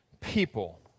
people